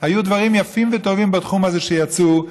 היו דברים יפים וטובים בתחום הזה שיצאו.